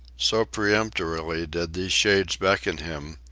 so peremptorily did these shades beckon him,